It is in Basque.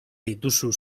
dituzu